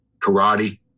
karate